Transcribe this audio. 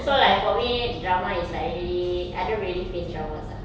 so like for me drama is like really I don't really face dramas ah